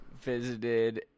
visited